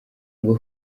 ngo